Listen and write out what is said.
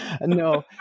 no